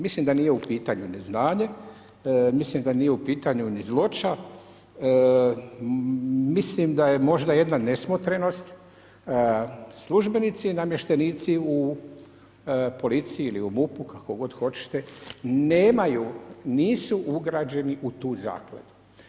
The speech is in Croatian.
Mislim da nije u pitanju neznanje, mislim da nije u pitanju ni zloća, mislim da je možda jedna nesmotrenost, službenici i namještenici u policiji ili u MUP-u, kako god hoćete, nemaju, nisu ugrađenu u tu zakladu.